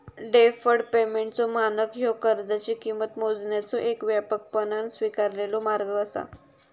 deferred पेमेंटचो मानक ह्यो कर्जाची किंमत मोजण्याचो येक व्यापकपणान स्वीकारलेलो मार्ग असा